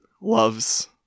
loves